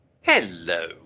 Hello